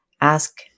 ask